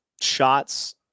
shots